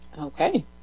Okay